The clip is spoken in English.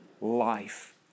life